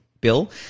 Bill